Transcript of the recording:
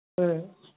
ꯎꯝ